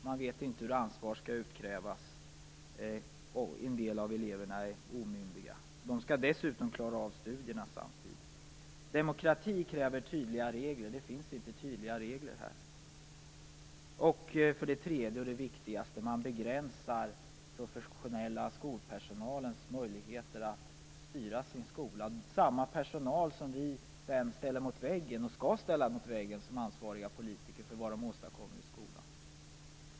Man vet inte hur ansvar skall utkrävas, och en del av eleverna är omyndiga. De skall dessutom samtidigt klara av studierna. För det andra: Demokrati kräver tydliga regler, och sådana finns inte här. Det viktigaste är, för det tredje, att man begränsar den professionella skolpersonalens möjligheter att styra sin skola - samma personal vilken vi sedan ställer mot väggen och som ansvariga politiker skall ställa mot väggen för vad den åstadkommer i skolan.